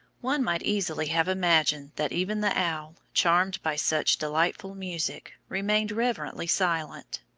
one might easily have imagined that even the owl, charmed by such delightful music, remained reverently silent.